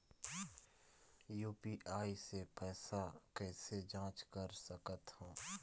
UPI से पैसा कैसे जाँच कर सकत हो?